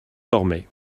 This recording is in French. dormait